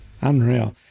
Unreal